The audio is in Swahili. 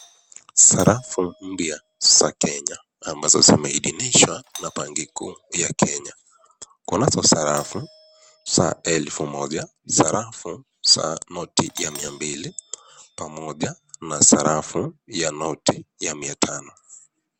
Sarafu mpya za Kenya. Ambazo zimehidhinishwa benki Kuu ya Kenya. Kunazo sarafu za elfu moja, sarafu za noti ya mia mbili, pamoja na sarafu ya noti ya mia tano.